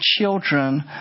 children